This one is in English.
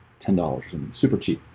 ten dollars in super cheap